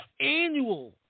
annual